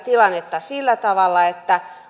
tilannetta uudestaan sillä tavalla että